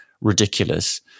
ridiculous